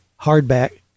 hardback